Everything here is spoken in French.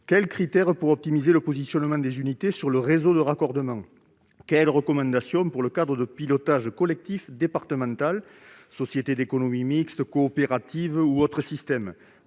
les critères pour optimiser le positionnement des unités sur le réseau de raccordement ? Quelles seront les recommandations pour le cadre de pilotage collectif départemental : société d'économie mixte, coopérative ou autre ? Comment